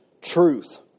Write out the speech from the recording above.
truth